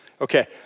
Okay